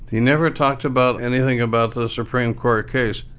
he never talked about anything about the supreme court case.